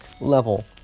level